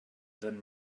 than